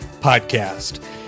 Podcast